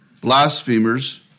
blasphemers